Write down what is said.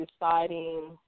deciding –